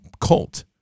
cult